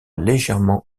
légèrement